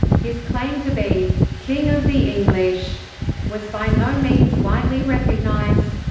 his claim to be king of the english was by no means widely recognised.